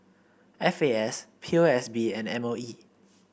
F A S P O S B and M O E